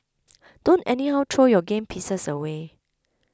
don't anyhow throw your game pieces away